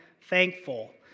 thankful